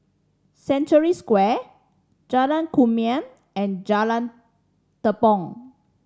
Century Square Jalan Kumia and Jalan Tepong